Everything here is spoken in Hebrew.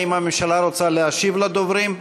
האם הממשלה רוצה להשיב לדוברים?